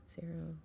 zero